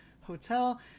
hotel